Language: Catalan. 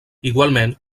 igualment